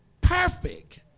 perfect